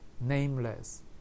nameless